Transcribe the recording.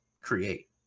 create